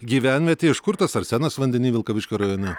gyvenvietė iš kur tas arsenas vandeny vilkaviškio rajone